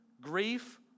grief